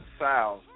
South